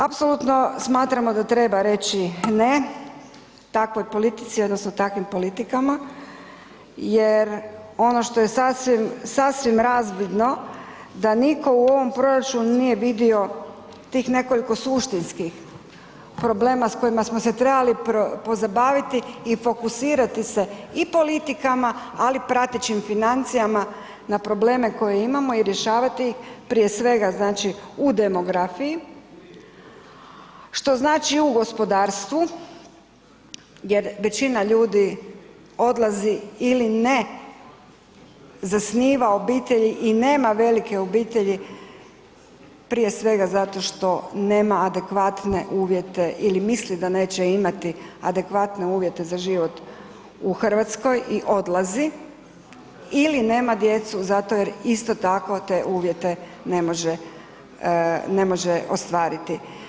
Apsolutno smatramo da treba reći ne takvoj politici odnosno takvim politikama jer ono što je sasvim razvidno da nitko u ovom proračunu nije vidio tih nekoliko suštinskih problema s kojima smo se trebali pozabaviti i fokusirati se i politikama, ali i pratećim financijama na probleme koje imamo i rješavati iz prije svega znači u demografiji, što znači i u gospodarstvu jer većina ljudi odlazi ili ne zasniva obitelji i nema velike obitelji prije svega zato što nema adekvatne uvjete ili misli da neće imati adekvatne uvjete za život u Hrvatskoj i odlazi ili nema djecu zato jer isto tako te uvjete ne može, ne može ostvariti.